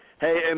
Hey